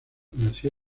nació